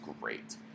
great